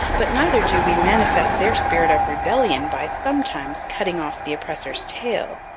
but neither do we manifest their spirit of rebellion by sometimes cutting off the oppressor's tail.